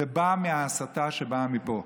זה בא מההסתה שבאה מפה.